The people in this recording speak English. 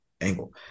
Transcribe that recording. angle